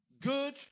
good